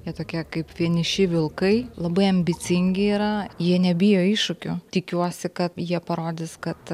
jie tokie kaip vieniši vilkai labai ambicingi yra jie nebijo iššūkių tikiuosi kad jie parodys kad